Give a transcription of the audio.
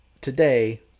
today